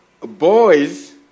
Boys